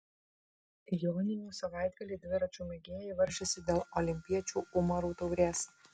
joninių savaitgalį dviračių mėgėjai varžėsi dėl olimpiečių umarų taurės